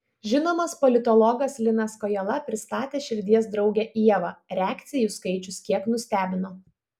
žinomas politologas linas kojala pristatė širdies draugę ievą reakcijų skaičius kiek nustebino